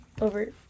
over